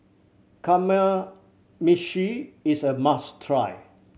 kamameshi is a must try